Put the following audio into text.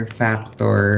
factor